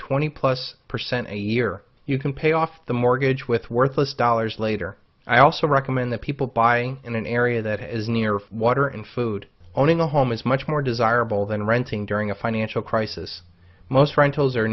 twenty plus percent a year you can pay off the mortgage with worthless dollars later i also recommend that people buy in an area that is near water and food owning a home is much more desirable than renting during a financial crisis most rentals